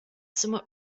somewhat